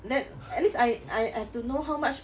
then at least I I I have to know how much